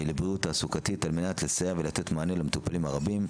לבריאות תעסוקתית על מנת לסייע ולתת מענה למטופלים הרבים.